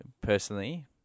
personally